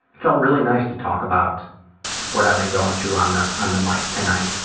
felt really nice to talk about what i've been going through on the on the mic tonight.